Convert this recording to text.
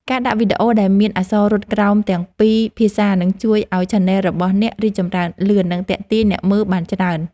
ការដាក់វីដេអូដែលមានអក្សររត់ក្រោមទាំងពីរភាសានឹងជួយឱ្យឆានែលរបស់អ្នករីកចម្រើនលឿន និងទាក់ទាញអ្នកមើលបានច្រើន។